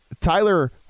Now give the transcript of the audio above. Tyler